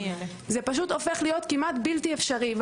זה פשוט הופך להיות כמעט בלתי אפשרי.